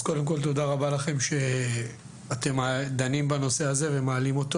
אז קודם כל תודה רבה לכם שאתם דנים בנושא הזה ומעלים אותו